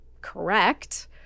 correct